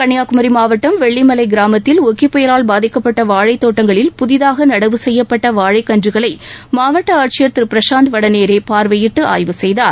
கன்னியாகுமரி மாவட்டம் வெள்ளிமலை கிராமத்தில் ஒக்கி புயலால் பாதிக்கப்பட்ட வாழழத் தோட்டங்களில் புதிதாக நடவு செய்யப்பட்ட வாழைக்கன்றுகளை மாவட்ட ஆட்சியர் திரு பிரசாந்த் வடநேரே பார்வையிட்டு ஆய்வு செய்தார்